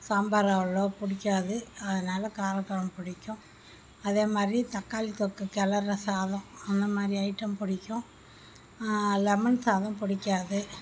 சாம்பார் அவ்வளோவா பிடிக்காது அதனால் காரக்குழம்பு பிடிக்கும் அதே மாதிரி தக்காளி தொக்கு கிளறுன சாதம் அந்த மாதிரி ஐட்டம் பிடிக்கும் லெமன் சாதம் பிடிக்காது